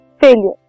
Failure